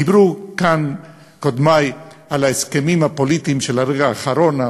דיברו כאן קודמי על ההסכמים הפוליטיים של הרגע האחרון,